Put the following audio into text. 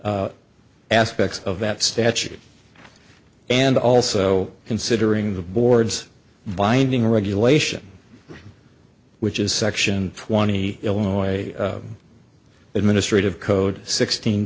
aspects of that statute and also considering the board's binding regulation which is section twenty illinois administrative code sixteen